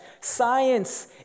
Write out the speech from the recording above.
Science